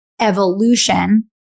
evolution